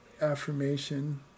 affirmation